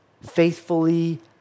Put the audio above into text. faithfully